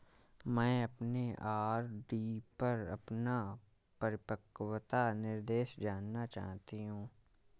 मैं अपने आर.डी पर अपना परिपक्वता निर्देश जानना चाहती हूँ